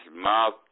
mouth